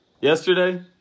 Yesterday